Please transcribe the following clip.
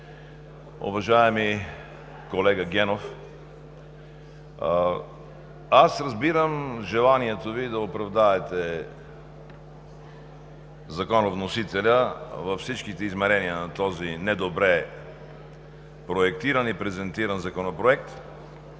Уважаеми колега Генов, аз разбирам желанието Ви да оправдаете законовносителя във всичките измерения на този недобре проектиран и презентиран законопроект,